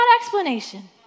explanation